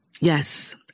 Yes